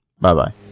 Bye-bye